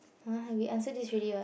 !huh! we answered this already [what]